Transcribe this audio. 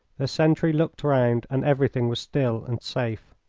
the sentry looked round and everything was still and safe.